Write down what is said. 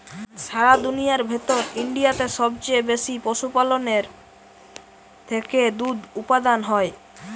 সারা দুনিয়ার ভেতর ইন্ডিয়াতে সবচে বেশি পশুপালনের থেকে দুধ উপাদান হয়